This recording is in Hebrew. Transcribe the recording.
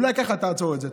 אולי ככה תעצור את זה.